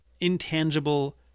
intangible